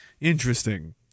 Interesting